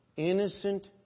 Innocent